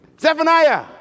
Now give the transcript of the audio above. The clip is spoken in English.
Zephaniah